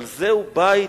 אבל זהו בית,